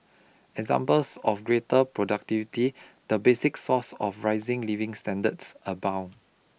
examples of greater productivity the basic source of rising living standards abound